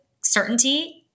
certainty